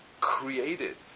created